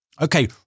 Okay